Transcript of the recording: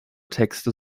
texte